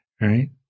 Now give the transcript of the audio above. right